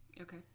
okay